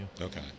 Okay